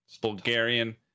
Bulgarian